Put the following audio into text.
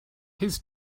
his